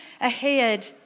ahead